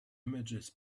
images